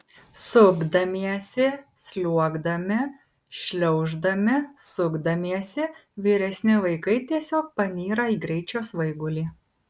supdamiesi sliuogdami šliauždami sukdamiesi vyresni vaikai tiesiog panyra į greičio svaigulį